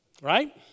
Right